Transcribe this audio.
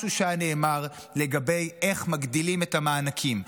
משהו שהיה נאמר לגבי איך מגדילים את המענקים,